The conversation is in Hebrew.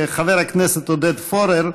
חבר הכנסת עודד פורר,